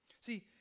See